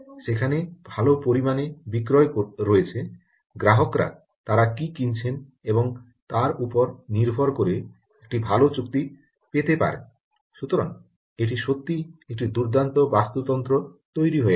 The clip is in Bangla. সেখানে ভাল পরিমাণে বিক্রয় রয়েছে গ্রাহকরা তারা কী কিনছেন এবং তার উপর নির্ভর করে একটি ভাল চুক্তি পেতে পারেন সুতরাং এটি সত্যিই একটি দুর্দান্ত বাস্তুতন্ত্র তৈরি হয়ে গেছে